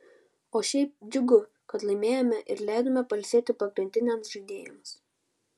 o šiaip džiugu kad laimėjome ir leidome pailsėti pagrindiniams žaidėjams